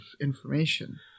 information